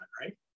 right